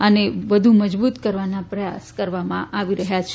આને વધુ મ બૂત કરવાના પ્રયાસ કરવામાં આવી રહ્યા છે